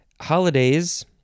holidays